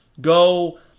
Go